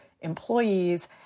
employees